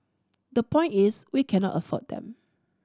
the point is we cannot afford them